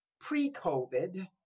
Pre-COVID